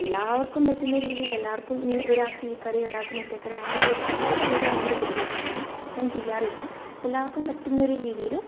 എല്ലാവർക്കും പറ്റുന്ന രീതിയിൽ എല്ലാവർക്കും ഒരാൾക്ക് ഈ കറി ഒരാൾക്ക് മറ്റേ കറി അങ്ങനെ വയ്ക്കുക എന്നു വെച്ചാൽ ഇവിടെ ഭയങ്കര ബുദ്ധിമുട്ടാണ് ഞാൻ അങ്ങനെ ചെയ്യാറില്ല എല്ലാവർക്കും പറ്റുന്ന ഒരു രീതിയിൽ